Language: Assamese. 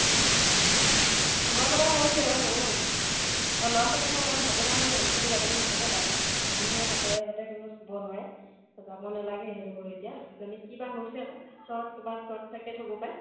ভয় লগা হৈছে অঁ অঁ আৰু ল'ৰা ছোৱালীবোৰ অকণমান সাৱধান হৈ ওচৰলৈ যাবলৈ নক'ব তালৈ মানুহে হাতেৰে যাতে কোনেও চুব নোৱাৰে যাব নেলাগে সেইডোখৰলৈ এতিয়া কিজানি কি বা হৈছে আকৌ শ্বৰ্ট ক'ৰবাত শ্বৰ্ট চাৰ্কিত হ'ব পাৰে